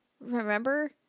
Remember